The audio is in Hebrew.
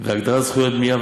והגדרת זכויות בנייה,